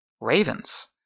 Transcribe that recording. Ravens